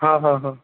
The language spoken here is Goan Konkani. हां हां हां